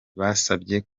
basabye